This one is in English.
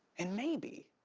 and maybe.